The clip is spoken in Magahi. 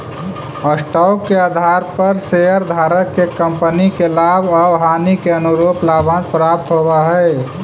स्टॉक के आधार पर शेयरधारक के कंपनी के लाभ आउ हानि के अनुरूप लाभांश प्राप्त होवऽ हई